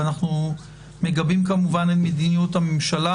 ואנחנו מגבים כמובן את מדיניות הממשלה